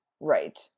right